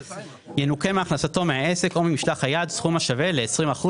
ינוכה מהכנסתו מהעסק או ממשלח היד סכום השווה ל-20%